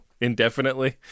indefinitely